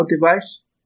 device